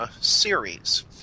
series